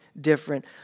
different